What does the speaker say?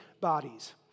bodies